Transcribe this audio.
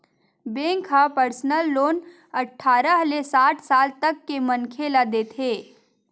bank ह personal loan अठारह ले साठ साल तक के मनखे ल देथे